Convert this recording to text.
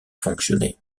fonctionner